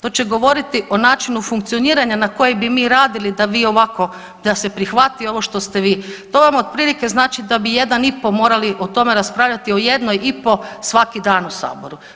To će govoriti o načinu funkcioniranja na koje bi mi radili da vi ovako da se prihvati ovo što ste vi, to vam otprilike znači da bi jedan i po morali o tome raspravljati o jednoj i po svaki dan u saboru.